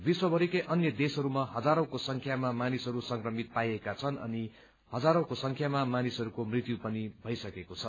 विश्वभरिकै अन्य देशहरूमा हजारौंको संख्यामा मानिसहरू संक्रमित पाइएका छन् अनि हजारौंको संख्यामा मानिसहरूको मृत्यु पनि भइसकेका छन्